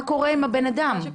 מה קורה עם הבן אדם?